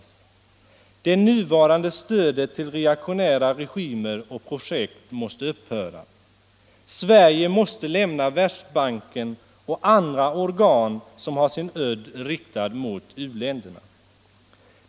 Det nuvarande stödet till reaktionära regimer och projekt måste upphöra. Sverige måste lämna Världsbanken och andra organ som har sin udd riktad mot u-länderna.